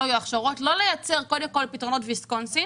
לא לייצר קודם כל פתרונות ויסקונסין